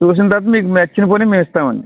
చూసిన తర్వాత మీకు నచ్చిన ఫోను మేము ఇస్తాం అండి